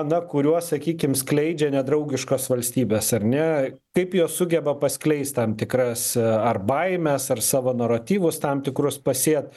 na kuriuos sakykim skleidžia nedraugiškos valstybės ar ne kaip jos sugeba paskleist tam tikras ar baimes ar savo naratyvus tam tikrus pasėt